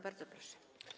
Bardzo proszę.